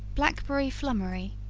blackberry flummery.